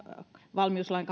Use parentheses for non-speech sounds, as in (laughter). valmiuslain (unintelligible)